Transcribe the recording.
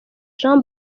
jean